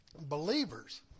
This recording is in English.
believers